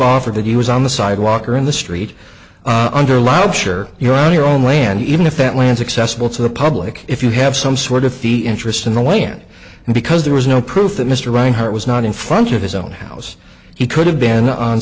offor that he was on the sidewalk or in the street under lobster you're on your own land even if that lands accessible to the public if you have some sort of fee interest in the land and because there was no proof that mr rinehart was not in front of his own house he could have been on